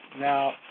Now